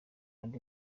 andi